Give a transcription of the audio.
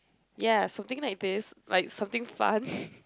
ya something like this like something fun